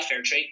Fairtrade